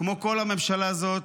כמו כל הממשלה הזאת,